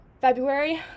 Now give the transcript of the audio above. February